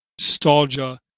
nostalgia